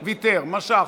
הוא ויתר, משך.